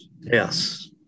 Yes